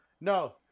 No